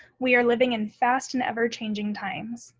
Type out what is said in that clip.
we are living and fast and ever changing times.